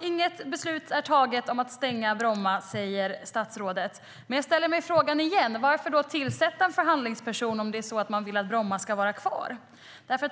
Inget beslut är taget om att stänga Bromma, säger statsrådet. Då ställer jag mig åter frågan: Varför tillsätta en förhandlingsperson om man vill att Bromma ska vara kvar?